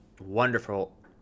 wonderful